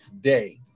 day